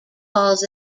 calls